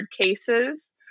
cases